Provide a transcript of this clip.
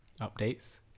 updates